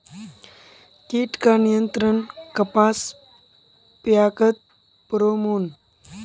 कीट का नियंत्रण कपास पयाकत फेरोमोन?